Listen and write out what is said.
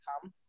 come